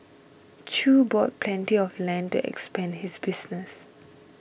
chew bought plenty of land to expand his business